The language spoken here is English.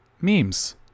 memes